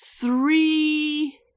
Three